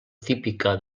típica